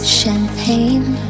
champagne